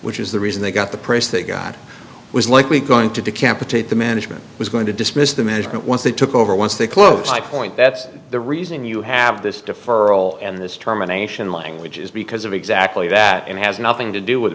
which is the reason they got the price they got was likely going to decapitate the management was going to dismiss the management once they took over once they close i point that's the reason you have this deferral and this terminations language is because of exactly that it has nothing to do with